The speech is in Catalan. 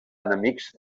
enemics